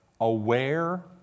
aware